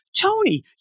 tony